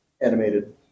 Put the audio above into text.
animated